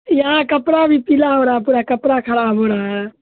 یہاں کپڑا بھی پیلا ہو رہا ہے پورا کپڑا خراب ہو رہا ہے